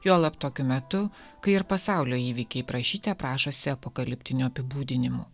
juolab tokiu metu kai ir pasaulio įvykiai prašyte prašosi apokaliptinių apibūdinimų